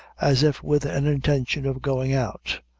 as if with an intention of going out.